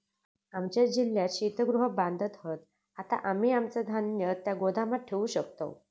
आमच्या जिल्ह्यात शीतगृह बांधत हत, आता आम्ही आमचा धान्य त्या गोदामात ठेवू शकतव